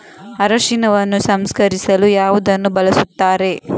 ಅರಿಶಿನವನ್ನು ಸಂಸ್ಕರಿಸಲು ಯಾವುದನ್ನು ಬಳಸುತ್ತಾರೆ?